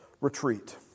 retreat